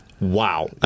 Wow